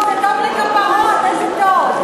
זה טוב לכפרות, איזה טוב.